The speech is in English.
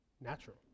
natural